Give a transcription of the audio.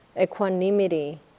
equanimity